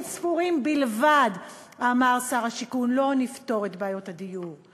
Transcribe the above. ספורים בלבד ואמר: לא נפתור את בעיית הדיור,